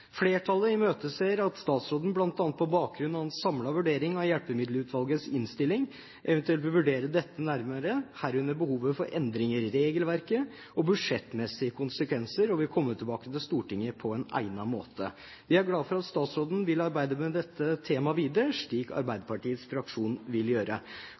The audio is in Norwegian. Flertallet imøteser at statsråden, bl.a. på bakgrunn av en samlet vurdering av Hjelpemiddelutvalgets innstilling, eventuelt vil vurdere dette nærmere, herunder behovet for endringer i regelverket og budsjettmessige konsekvenser, og komme tilbake til Stortinget på egnet måte. Vi er glad for at statsråden vil arbeide videre med dette temaet, slik Arbeiderpartiets fraksjon vil gjøre.